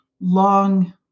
long